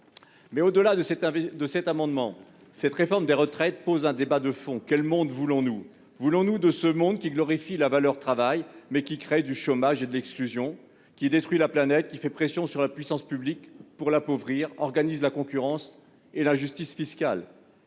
Mais, au-delà de cet amendement, cette réforme des retraites pose un débat de fond : quel monde voulons-nous ? Voulons-nous de ce monde qui glorifie la valeur travail, mais qui crée du chômage et de l'exclusion, qui détruit la planète, qui fait pression sur la puissance publique pour l'appauvrir, qui organise la concurrence et l'injustice fiscale ?